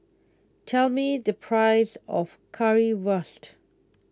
tell me the price of Currywurst